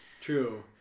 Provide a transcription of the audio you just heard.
True